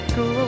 go